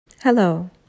Hello